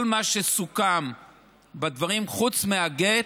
כל מה שסוכם בדברים חוץ מהגט,